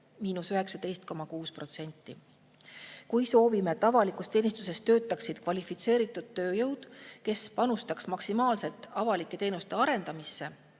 19,6%. Kui soovime, et avalikus teenistuses töötaks kvalifitseeritud tööjõud, kes panustaks maksimaalselt avalike teenuste arendamisse,